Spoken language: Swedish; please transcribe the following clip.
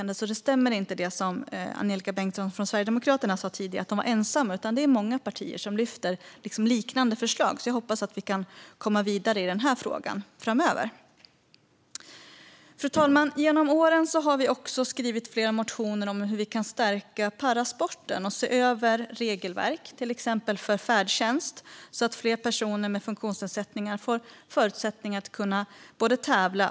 Det som Angelika Bengtsson från Sverigedemokraterna tidigare sa om att de var ensamma om det här stämmer alltså inte, utan det är många partier som tar upp liknande förslag. Jag hoppas att vi kan komma vidare i den här frågan framöver. Fru talman! Genom åren har vi skrivit flera motioner om hur man kan stärka parasporten och se över regelverk för till exempel färdtjänst så att fler personer med funktionsnedsättning får förutsättningar att kunna träna och tävla.